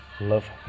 love